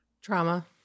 Trauma